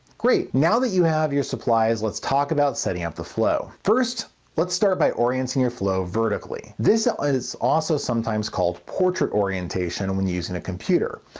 great, now that you have your supplies lets talk about setting up the flow. first start by orienting your flow vertically. this is also sometimes called portrait orientation when using a computer.